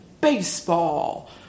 baseball